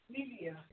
Media